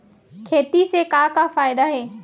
खेती से का का फ़ायदा हे?